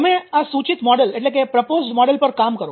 તમે આ સૂચિત મોડેલ પર કામ કરો